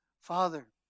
Father